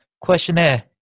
questionnaire